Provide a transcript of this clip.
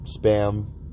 spam